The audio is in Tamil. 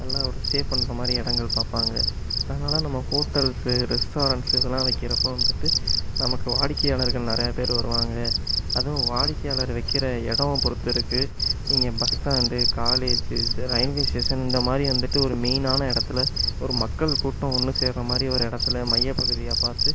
நல்லா ஒரு ஸ்டே பண்ணுற மாதிரி இடங்கள் பார்ப்பாங்க அதனால் நம்ப ஹோட்டல்ஸு ரெஸ்டாரெண்ட்ஸு இதுலாம் வைக்கிறப்போ வந்துவிட்டு நமக்கு வாடிக்கையாளர்கள் நிறையா பேர் வருவாங்க அதுவும் வாடிக்கையாளர வைக்கிற இடோம் பொறுத்து இருக்கு நீங்கள் பஸ் ஸ்டாண்டு காலேஜு ஜெ ரயில்வே ஸ்டேஷன் இந்த மாதிரி வந்துவிட்டு ஒரு மெய்னான இடத்துல ஒரு மக்கள் கூட்டம் ஒன்று சேர்ற மாதிரி ஒரு இடத்துல மைய்யப் பகுதியாக பார்த்து